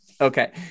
Okay